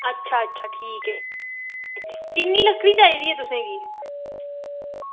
अच्छा अच्छा ठीक ऐ किन्नी लकड़ी चहिदी ऐ तुसेंगी